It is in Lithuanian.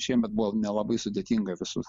šiemet buvo nelabai sudėtinga visus